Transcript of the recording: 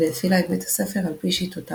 והפעילה את בית הספר על פי שיטותיו,